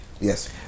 Yes